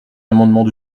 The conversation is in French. amendements